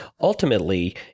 ultimately